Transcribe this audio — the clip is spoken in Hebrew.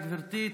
תודה, גברתי.